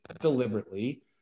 deliberately